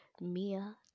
Mia